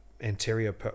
anterior